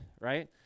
right